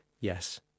Yes